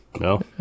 No